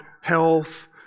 health